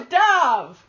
dove